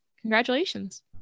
Congratulations